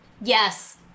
Yes